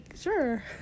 sure